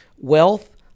Wealth